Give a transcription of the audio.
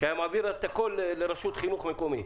והיה מעביר הכול לרשות חינוך מקומית